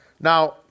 Now